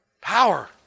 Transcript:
Power